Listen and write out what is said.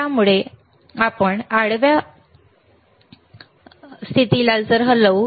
त्यामुळे आपण आडव्या हलवू तेव्हा या आडव्या हलेल पाहू शकता